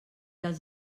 els